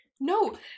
No